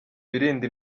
birinda